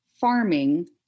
farming